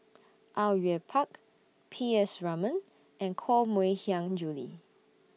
Au Yue Pak P S Raman and Koh Mui Hiang Julie